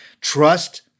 trust